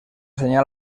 llenya